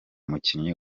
mukinyi